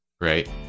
right